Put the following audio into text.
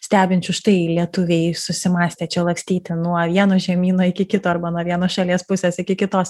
stebinčių štai lietuviai susimąstė čia lakstyti nuo vieno žemyno iki kito arba nuo vienos šalies pusės iki kitos